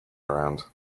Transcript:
around